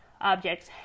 objects